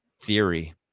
theory